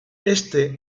éste